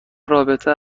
رابطه